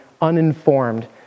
uninformed